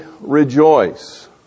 rejoice